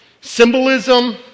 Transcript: symbolism